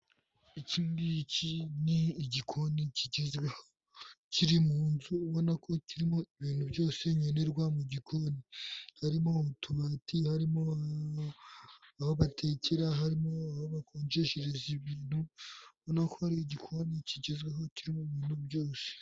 Iki ngiki ni igikoni kigezweho kiri mu nzu ubona ko kirimo ibintu byose nkenenerwa mu gikoni harimo utubati, harimo aho batekera, harimo aho bakonjeshereza ibintu ubona ko ari igikoni kigezweho kirimo ibintu byose.